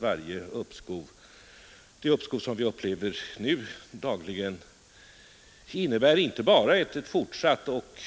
Varje uppskov som vi nu dagligen upplever innebär inte bara ett fortsatt och